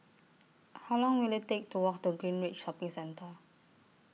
How Long Will IT Take to Walk to Greenridge Shopping Centre